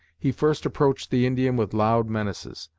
he first approached the indian with loud menaces,